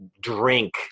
drink